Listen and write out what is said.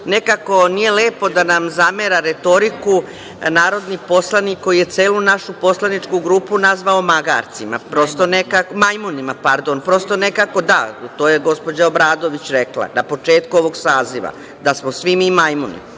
nekako nije lepo da nam zamera retoriku narodni poslanik koji je celu našu poslaničku grupu nazvao magarcima, majmunima pardon. To je gospođa Obradović rekla na početku saziva da smo svi mi majmuni.